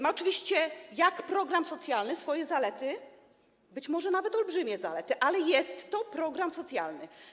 Ma on oczywiście jako program socjalny swoje zalety, być może nawet olbrzymie zalety, ale jest to program socjalny.